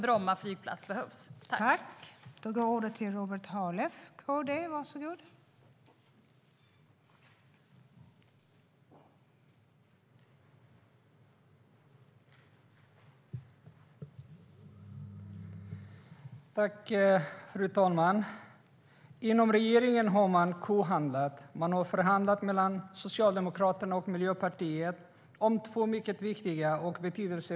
Bromma flygplats behövs nämligen.